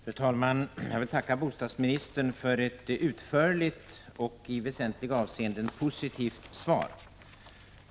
Fru talman! Jag vill tacka bostadsministern för ett utförligt och i väsentliga — 15 maj 1986 avseenden positivt svar.